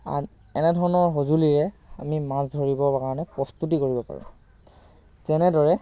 আন এনে ধৰণৰ সজুঁলীৰে আমি মাছ ধৰিবৰ কাৰণে প্ৰস্তুতি কৰিব পাৰোঁ যেনেদৰে